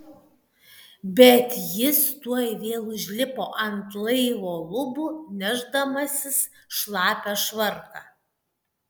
bet jis tuoj vėl užlipo ant laivo lubų nešdamasis šlapią švarką